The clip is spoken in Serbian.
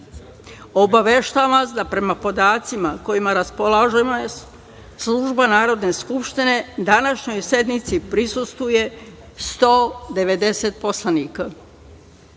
vas da, prema podacima kojima raspolaže Služba Narodne skupštine, današnjoj sednici prisustvuje 190 poslanika